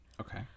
Okay